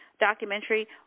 documentary